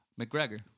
McGregor